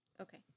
Okay